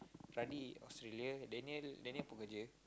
Australia Danial Daniel pun kerja